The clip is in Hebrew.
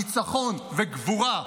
ניצחון וגבורה,